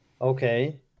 okay